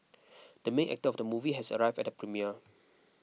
the main actor of the movie has arrived at the premiere